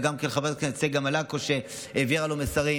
וכן גם חברת הכנסת צגה מלקו, שהעבירה לו מסרים.